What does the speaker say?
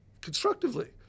constructively